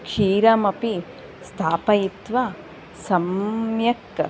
क्षीरमपि स्थापयित्वा सम्यक्